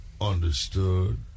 understood